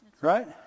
Right